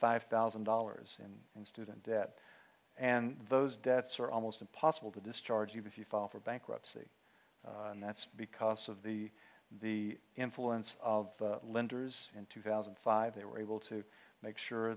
five thousand dollars in student debt and those debts are almost impossible to discharge even if you file for bankruptcy and that's because of the the influence of lenders in two thousand and five they were able to make sure